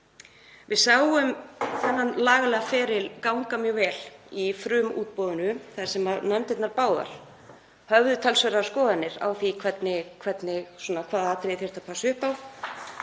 Við sáum þetta lagalega ferli ganga mjög vel í frumútboðinu þar sem nefndirnar báðar höfðu talsverðar skoðanir á því hvaða atriði þyrfti að passa upp á.